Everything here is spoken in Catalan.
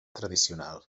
tradicional